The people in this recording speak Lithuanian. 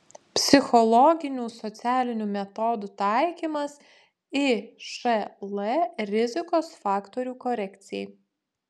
psichologinių socialinių metodų taikymas išl rizikos faktorių korekcijai